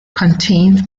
contains